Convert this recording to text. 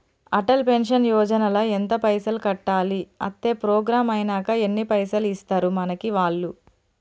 Atal pension Yojana ల ఎంత పైసల్ కట్టాలి? అత్తే ప్రోగ్రాం ఐనాక ఎన్ని పైసల్ ఇస్తరు మనకి వాళ్లు?